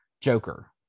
Joker